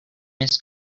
mrs